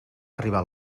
arriba